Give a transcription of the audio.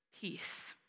peace